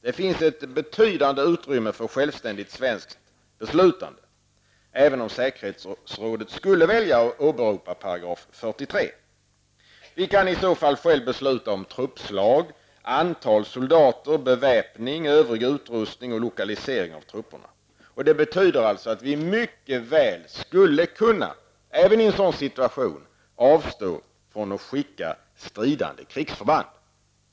Det finns ett betydande utrymme för självständigt svenskt beslutande, även om säkerhetsrådet skulle välja att åberopa 43 §. Vi kan i så fall själva besluta om truppslag, antal soldater, beväpning, övrig utrustning och lokalisering av trupperna. Det betyder att vi mycket väl även i en sådan situation skulle kunna avstå från att skicka stridande krigsförband.